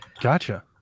Gotcha